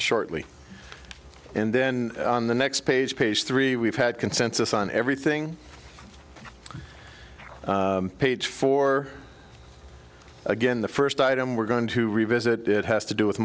shortly and then on the next page page three we've had consensus on everything page four again the first item we're going to revisit it has to do with